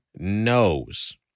knows